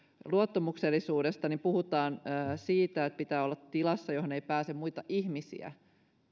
luottamuksellisuudesta puhutaan siitä että pitää olla tilassa johon ei pääse muita ihmisiä